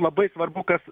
labai svarbu kas